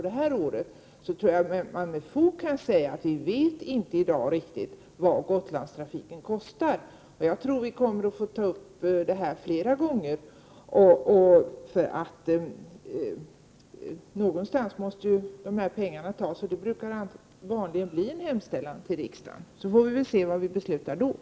Därför tror jag att man med fog kan säga att vi i dag inte riktigt vet vad Gotlandstrafiken kostar. Vi kommer nog att bli tvungna att ta upp frågan flera gånger, för någonstans måste ju pengarna tas. Vanligen brukar det bli en hemställan till riksdagen, och då får vi se vad som beslutas.